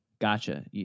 Gotcha